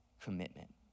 commitment